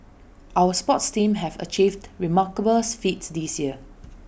our sports teams have achieved remarkable feats this year